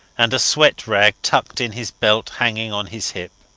and a sweat-rag tucked in his belt hanging on his hip.